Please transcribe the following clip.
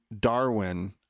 Darwin